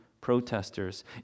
protesters